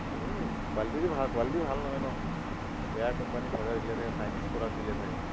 চালো কোৱালিটি ভাল কোৱালিটি ভাল নহয় ন এয়া বেয়া কম্পানী চাৰ্জাৰ দিলে থাকে চাইনিজ প্ৰডাক্ট দিলে ছাগে